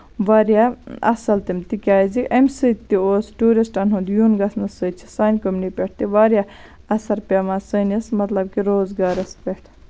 واریاہ اَصٕل تِم تِکیازِ اَمہِ سۭتۍ تہِ اوس ٹیوٗرِسٹَن ہُنٛد یُن گژھنہٕ سۭتۍ تہِ چھُ سانہِ کوٚمنٹی پٮ۪ٹھ تہِ واریاہ اَثر پیٚوان سٲنِس مطلب کہِ روزگارَس پٮ۪ٹھ